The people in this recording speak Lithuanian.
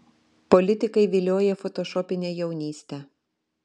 politikai vilioja fotošopine jaunyste